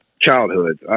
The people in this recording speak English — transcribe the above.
childhood